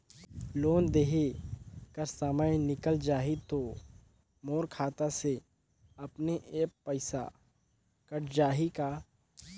Loan देहे कर समय निकल जाही तो मोर खाता से अपने एप्प पइसा कट जाही का?